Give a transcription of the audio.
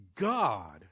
God